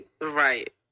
Right